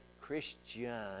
Christian